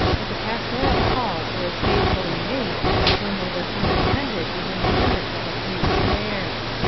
but the pastoral calls were as faithfully made as when they were comprehended within the limits of a few squares.